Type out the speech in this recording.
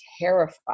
terrified